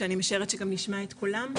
שאני משערת שגם נשמע את קולם,